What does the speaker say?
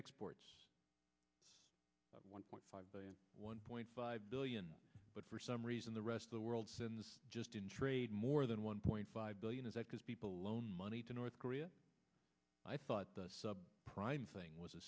exports one point five billion one point five billion but for some reason the rest of the world just didn't trade more than one point five billion is that because people loan money to north korea i thought the sub prime thing was a